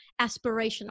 aspirational